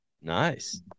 Nice